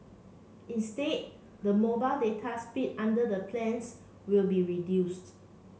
instead the mobile data speed under the plans will be reduced